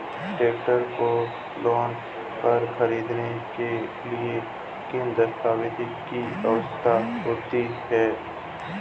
Tractor को loan पर खरीदने के लिए किन दस्तावेज़ों की आवश्यकता होती है?